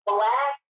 Black